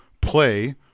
play